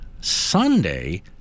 Sunday